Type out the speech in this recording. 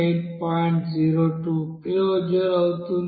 02 kilojoule అవుతుంది